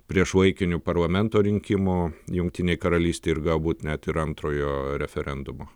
priešlaikinių parlamento rinkimų jungtinėj karalystėj ir galbūt net ir antrojo referendumo